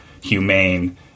humane